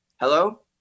hello